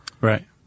Right